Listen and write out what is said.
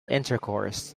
intercourse